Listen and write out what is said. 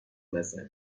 وسط